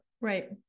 Right